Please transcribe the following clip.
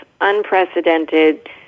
unprecedented